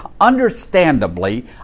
understandably